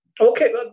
Okay